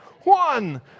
one